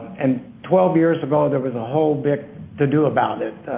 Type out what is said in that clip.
and twelve years ago there was a whole big to-do about it,